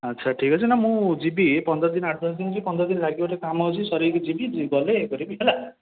ଆଚ୍ଛା ଠିକ୍ଅଛି ନା ମୁଁ ଯିବି ଏହି ପନ୍ଦର ଦିନ ଆଠ ଦଶ ଦିନ କି ପନ୍ଦରଦିନ ଲାଗିବ ଟିକିଏ କାମ ଅଛି ସରାଇକି ଯିବି ଗଲେ ଇଏ କରିବି ହେଲା